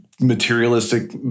materialistic